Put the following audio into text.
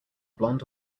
blond